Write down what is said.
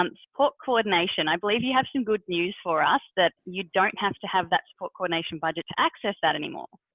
um support coordination. i believe you have some good news for us that you don't have to have that support coordination budget to access that anymore.